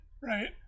Right